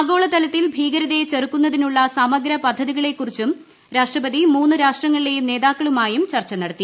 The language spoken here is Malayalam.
ആഗോളതലത്തിൽ ഭീകരതയെ ചെറുക്കുന്നതിനുള്ള സമഗ്ര പദ്ധതികളെക്കുറിച്ചും രാഷ്ട്രപതി മൂന്ന് രാഷ്ട്രങ്ങളിലേയും നേതാക്കളുമായും ചർച്ച നടത്തി